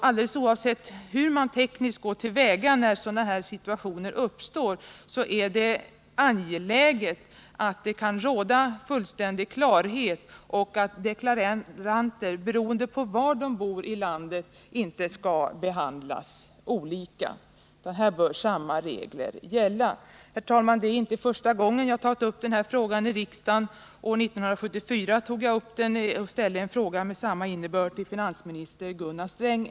Alldeles oavsett hur man tekniskt går till väga när sådana situationer uppstår är det angeläget att det kan råda fullständig klarhet, så att deklaranter behandlas lika oavsett var i landet de bor. Här bör samma regler gälla överallt. Herr talman! Det är inte första gången jag tar upp den här frågan i riksdagen. År 1974 ställde jag en fråga med samma innebörd till finansminister Gunnar Sträng.